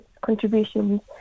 contributions